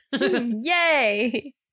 Yay